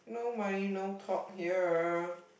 no money no talk here